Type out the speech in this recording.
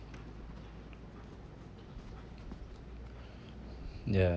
ya